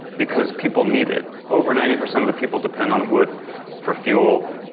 because people need it. over ninety percent of the people depend on wood for fuel.